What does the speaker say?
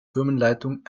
firmenleitung